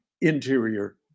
interior